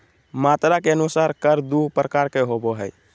मात्रा के अनुसार कर दू प्रकार के होबो हइ